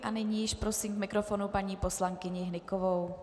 A nyní již prosím k mikrofonu paní poslankyni Hnykovou.